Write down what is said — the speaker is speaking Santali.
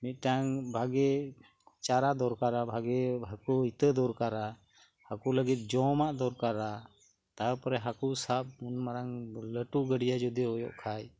ᱢᱤᱫᱴᱟᱝ ᱵᱷᱟᱹᱜᱤ ᱪᱟᱨᱟ ᱫᱚᱨᱠᱟᱨᱟ ᱵᱷᱟᱹᱜᱤ ᱦᱟᱹᱠᱩ ᱤᱛᱟᱹ ᱫᱚᱨᱠᱟᱨᱟ ᱦᱟᱹᱠᱩ ᱞᱟᱹᱜᱤᱫ ᱡᱚᱢᱟᱜ ᱫᱚᱨᱠᱟᱨᱟ ᱛᱟᱨᱯᱚᱨᱮ ᱦᱟᱹᱠᱩ ᱥᱟᱵ ᱢᱟᱲᱟᱝ ᱞᱟᱹᱴᱩ ᱜᱟᱹᱰᱭᱟᱹ ᱡᱚᱫᱤ ᱦᱩᱭᱩᱜ ᱠᱷᱟᱱ